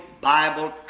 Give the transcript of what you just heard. Bible